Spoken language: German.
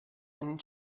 einen